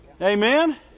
Amen